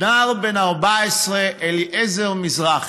בן 14, אליעזר מזרחי,